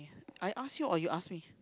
I ask you or you ask me